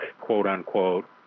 quote-unquote